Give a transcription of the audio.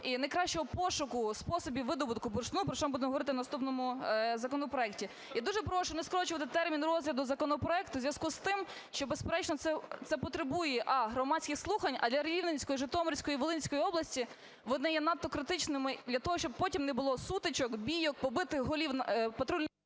і найкращого пошуку способів видобутку бурштину, про що ми будемо говорити у наступному законопроекті. Я дуже прошу не скорочувати термін розгляду законопроекту у зв'язку з тим, що безперечно це потребує: а) громадських слухань, а для Рівненської, Житомирської, Волинської області вони є надто критичними для того, щоб потім не було сутичок, бійок, побитих голів… ГОЛОВУЮЧИЙ.